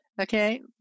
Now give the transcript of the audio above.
Okay